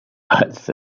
als